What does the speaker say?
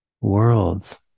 worlds